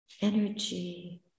energy